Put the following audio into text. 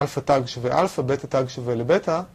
Alpha Tag שווה Alpha, Beta Tag שווה לבטה.